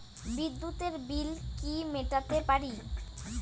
বিদ্যুতের বিল কি মেটাতে পারি?